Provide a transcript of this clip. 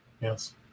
Yes